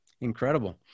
Incredible